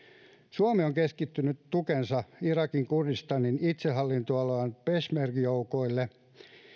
suomi on keskittänyt tukensa irakin kurdistanin itsehallintoalueen peshmerga joukoille